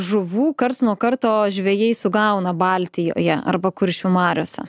žuvų karts nuo karto žvejai sugauna baltijoje arba kuršių mariose